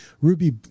Ruby